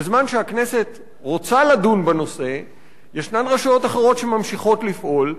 בזמן שהכנסת רוצה לדון בנושא רשויות אחרות ממשיכות לפעול,